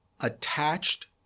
attached